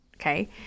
okay